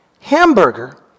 hamburger